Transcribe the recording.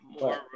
more